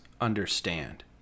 understand